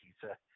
pizza